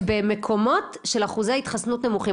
במקומות של אחוזי התחסנות נמוכים.